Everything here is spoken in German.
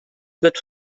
wird